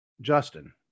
Justin